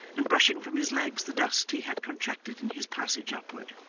and brushing from his legs the dust he had contracted in his passage upward.